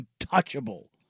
untouchable